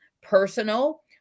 personal